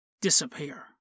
disappear